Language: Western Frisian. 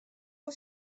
wol